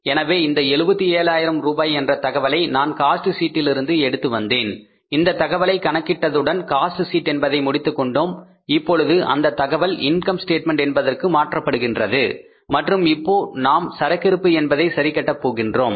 எனவே இந்த 774000 ரூபாய் என்ற தகவலை நான் காஸ்ட் ஷீட்டிலிருந்து எடுத்து வந்தேன் அந்த தகவலை கணக்கிட்டதுடன் காஸ்ட் ஷீட் என்பதை முடித்துக்கொண்டோம் இப்பொழுது அந்த தகவல் இன்கம் ஸ்டேட்மெண்ட் என்பதற்கு மாற்றப்படுகின்றது மற்றும் இப்போ நாம் சரக்கிருப்பு என்பதை சரிகட்ட போகின்றோம்